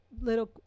little